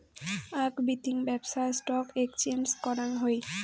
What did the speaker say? আক বিতিং ব্যপছা স্টক এক্সচেঞ্জ করাং হই